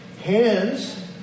Hands